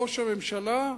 ראש הממשלה,